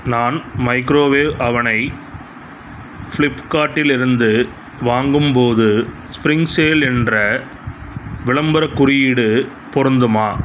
நான் மைக்ரோவேவ் அவெனை ஃபிளிப்கார்ட்டிலிருந்து வாங்கும்போது ஸ்ப்ரிங் சேல் என்ற விளம்பரக் குறியீடு பொருந்துமா